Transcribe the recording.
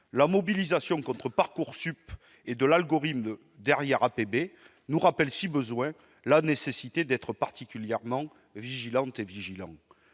La mobilisation contre Parcoursup et de l'algorithme derrière APB nous rappelle, s'il en était besoin, la nécessité d'être particulièrement vigilantes et vigilants.